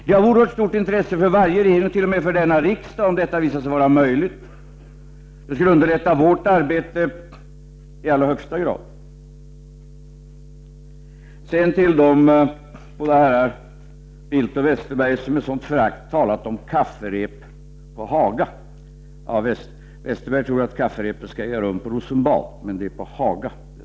Det borde vara av stort intresse för varje regering och t.o.m. denna riksdag om det visade sig att detta var möjligt. Det skulle underlätta vårt arbete i allra högsta grad. Sedan till de båda herrarna Bildt och Westerberg som med stort förakt talar om kafferepet på Haga. Bengt Westerberg trodde att kafferepet skulle äga rum i Rosenbad, men det blir på Haga.